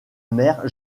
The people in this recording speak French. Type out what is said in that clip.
mère